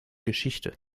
geschichte